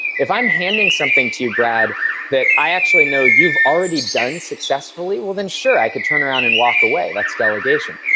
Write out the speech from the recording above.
if i'm handing something to brad that i actually know you've already done successfully, well then sure, i can turn around and walk away. that's delegation,